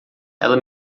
ela